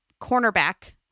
cornerback